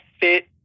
fit